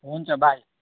हुन्छ बाई